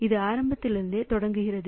இது ஆரம்பத்தில் இருந்தே தொடங்குகிறது